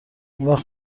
اونوقت